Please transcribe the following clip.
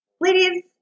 Ladies